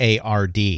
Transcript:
ARD